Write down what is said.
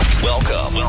Welcome